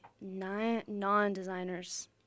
non-designers